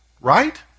right